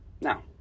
Now